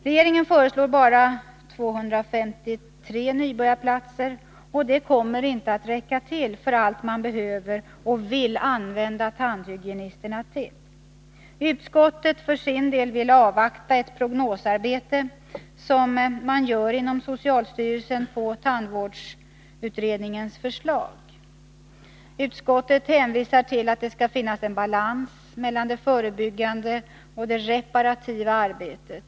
Regeringen föreslår bara 253 nybörjarplatser, och det kommer inte att räcka för allt man behöver och vill använda tandhygienisterna till. Utskottet vill för sin del avvakta ett prognosarbete som görs på tandvårdsutredningens förslag inom socialstyrelsen. Utskottet hänvisar till att det skall finnas en balans mellan det förebyggande och det reparativa arbetet.